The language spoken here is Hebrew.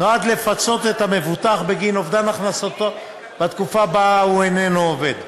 נועד לפצות את המבוטח בגין אובדן הכנסתו בתקופה שבה הוא איננו עובד.